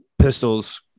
pistols